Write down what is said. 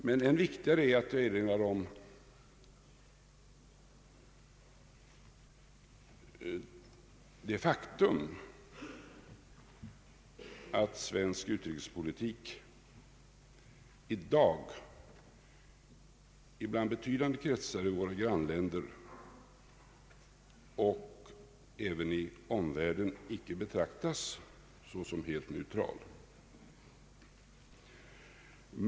Men än viktigare är det faktum att svensk utrikespolitik i dag inom betydande kretsar i våra grannländer och även i den övriga omvärlden icke betraktas såsom helt neutral.